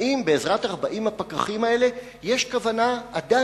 האם בעזרת 40 הפקחים האלה, עדיין